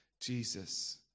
Jesus